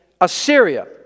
Assyria